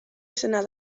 izena